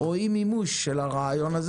גם על הרעיון של